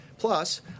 Plus